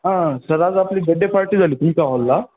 हां सर आज आपली बड्डे पार्टी झाली तुमच्या हॉलला